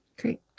Great